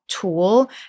Tool